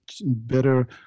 better